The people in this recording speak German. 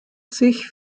sich